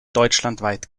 deutschlandweit